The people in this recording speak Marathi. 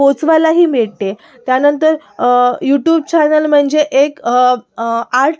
पोचवायलाही मिळते त्यानंतर यूटूब चॅनल म्हणजे एक आर्ट